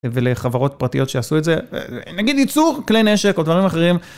ולחברות פרטיות שיעשו את זה, נגיד ייצור כלי נשק או דברים אחרים.